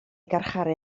garcharu